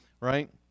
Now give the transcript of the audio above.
right